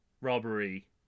robbery